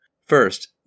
First